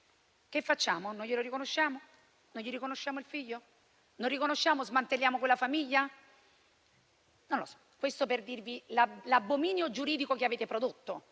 che facciamo con quel ragazzo? Non gli riconosciamo il figlio? Non lo riconosciamo e smantelliamo quella famiglia? Non lo so, questo per dirvi l'abominio giuridico che avete prodotto.